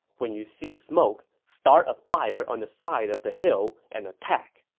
when you see smoke, start a fire on the side of the hill and attack.